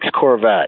Corvette